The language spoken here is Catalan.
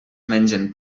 mengen